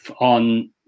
on